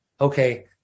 okay